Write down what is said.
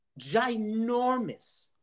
ginormous